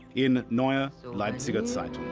in neue ah leipziger zeitung.